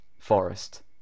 forest